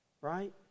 Right